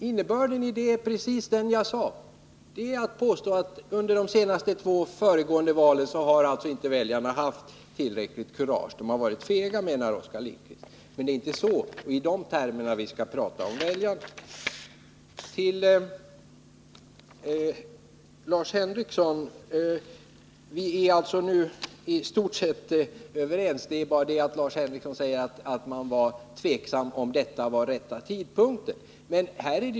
Innebörden i det uttalandet är precis den jag sade, nämligen att väljarna vid de två senaste valen inte har haft kurage, utan varit fega. Men det är inte i de termerna vi skall tala om väljarna. Till Lars Henrikson vill jag säga att vi nu är i stort sett överens. Lars Henrikson anför bara att man är tveksam till om detta är rätta tidpunkten.